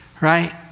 right